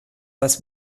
das